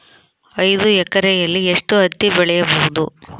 ಐದು ಎಕರೆಯಲ್ಲಿ ಎಷ್ಟು ಹತ್ತಿ ಬೆಳೆಯಬಹುದು?